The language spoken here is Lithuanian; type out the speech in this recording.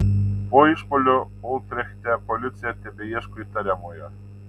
po išpuolio utrechte policija tebeieško įtariamojo